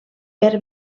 per